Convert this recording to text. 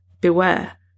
Beware